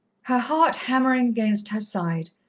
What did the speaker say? her heart hammering against her side,